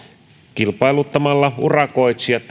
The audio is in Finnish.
kilpailuttamalla urakoitsijat